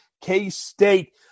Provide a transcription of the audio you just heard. K-State